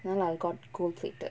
no lah got gold plated